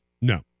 No